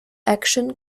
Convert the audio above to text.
action